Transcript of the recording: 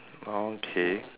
okay